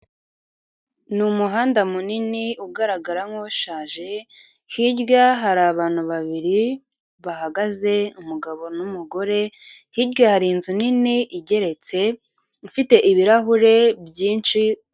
Ni umuhanda munini ugaragara nkushaje; hirya hari abantu babiri bahagaze umugabo numugore; hirya hari inzu nini igeretse ufite ibirahure byinshi.